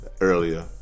earlier